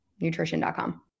nutrition.com